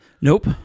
Nope